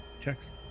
Checks